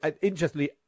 interestingly